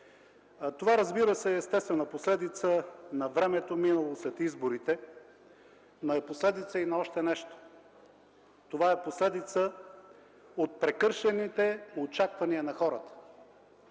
Това, разбира се, е естествена последица на времето, минало след изборите, но е последица и на още нещо – последица от прекършените очаквания на хората,